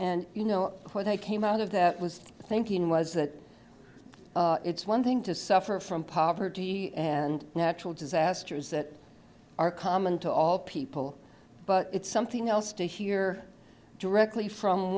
and you know what they came out of that was thinking was that it's one thing to suffer from poverty and natural disasters that are common to all people but it's something else to hear directly from